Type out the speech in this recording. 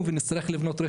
היזמים צריכים לריב.